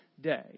day